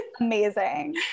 Amazing